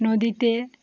নদীতে